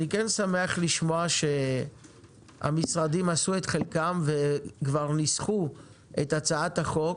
אני כן שמח לשמוע שהמשרדים עשו את חלקם וכבר ניסחו את הצעת החוק.